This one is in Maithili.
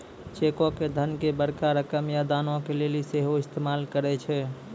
चेको के धन के बड़का रकम या दानो के लेली सेहो इस्तेमाल करै छै